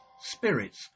spirits